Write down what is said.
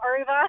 over